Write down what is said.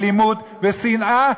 אלימות ושנאה,